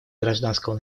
гражданского